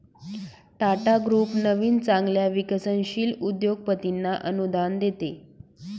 Tata group नवीन चांगल्या विकसनशील उद्योगपतींना अनुदान देते